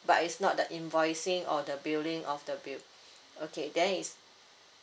but it's not the invoicing or the billing of the bill okay then is